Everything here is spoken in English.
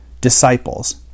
disciples